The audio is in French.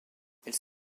elles